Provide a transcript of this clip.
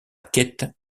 quête